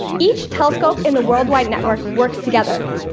each telescope in the worldwide network works together.